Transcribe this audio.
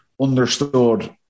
understood